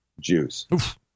juice